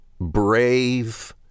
brave